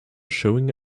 showing